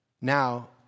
Now